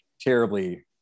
terribly